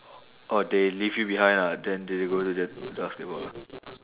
oh they leave you behind ah then they go to that basketball ah